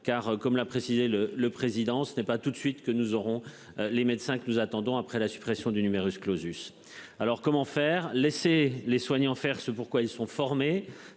car comme l'a précisé le le président ce n'est pas tout de suite que nous aurons les médecins que nous attendons, après la suppression du numerus clausus. Alors comment faire, laisser les soignants faire ce pourquoi ils sont formés,